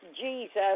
Jesus